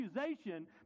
accusation